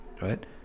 right